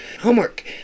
Homework